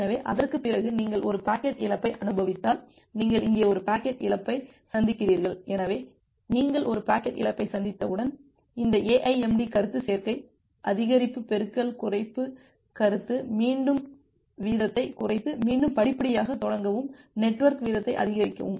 எனவே அதற்குப் பிறகு நீங்கள் ஒரு பாக்கெட் இழப்பை அனுபவித்தால் நீங்கள் இங்கே ஒரு பாக்கெட் இழப்பை சந்திக்கிறீர்கள் எனவே நீங்கள் ஒரு பாக்கெட் இழப்பை சந்தித்தவுடன் இந்த AIMD கருத்து சேர்க்கை அதிகரிப்பு பெருக்கல் குறைப்பு கருத்தை மீண்டும் வீதத்தைக் குறைத்து மீண்டும் படிப்படியாகத் தொடங்கவும் நெட்வொர்க் வீதத்தை அதிகரிக்கவும்